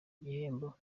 gihembo